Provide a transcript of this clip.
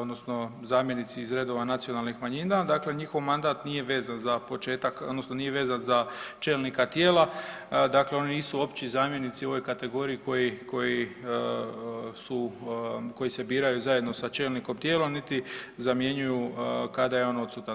odnosno zamjenici iz redova nacionalnih manjina, dakle njihov mandat nije vezan za početak odnosno nije vezan za čelnika tijela, dakle oni nisu opći zamjenici u ovoj kategoriji koji se biraju zajedno sa čelnikom tijela niti zamjenjuju kada je on odsutan.